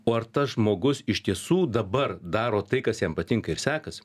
o ar tas žmogus iš tiesų dabar daro tai kas jam patinka ir sekasi